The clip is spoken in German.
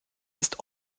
ist